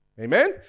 Amen